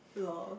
lol